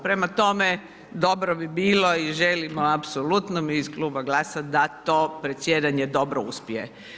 Prema tome, dobro bi bilo i želimo apsolutno mi iz Kluba GLAS-a da to predsjedanje dobro uspije.